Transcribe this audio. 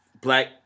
black